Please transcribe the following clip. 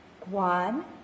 One